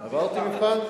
עברת את המבחן בהצלחה.